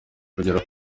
kugera